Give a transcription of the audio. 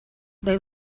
they